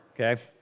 Okay